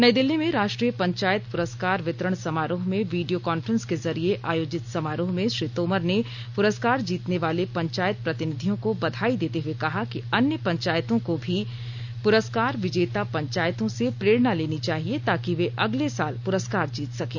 नई दिल्ली में राष्ट्रीय पंचायत पुरस्कार वितरण समारोह में वीडियो कांफ्रेंस के जरिए आयोजित समारोह में श्री तोमर ने पूरस्कार जीतने वाले पंचायत प्रतिनिधियों को बधाई देते हए कहा कि अन्य पंचायतों को भी पुरस्कार विजेता पंचायतों से प्रेरणा लेनी चाहिए ताकि वे अगले साल पुरस्कार जीत सकें